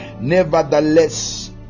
Nevertheless